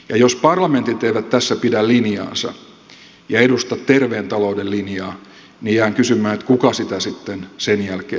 jos parlamentit eivät tässä pidä linjaansa ja edusta terveen talouden linjaa niin jään kysymään kuka sitä sitten sen jälkeen edustaa